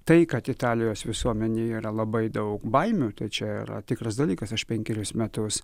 tai kad italijos visuomenėj yra labai daug baimių tai čia yra tikras dalykas aš penkerius metus